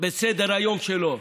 בסדר-היום שלו.